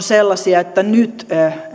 sellaisia että nyt